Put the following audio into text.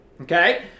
Okay